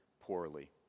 poorly